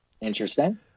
Interesting